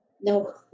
No